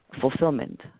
fulfillment